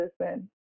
listen